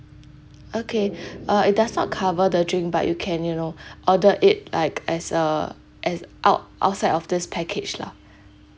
okay uh it does not cover the drink but you can you know order it like as a as out outside of this package lah